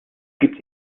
gibt